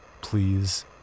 Please